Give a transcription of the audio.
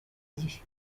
gihe